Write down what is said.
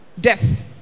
death